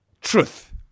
truth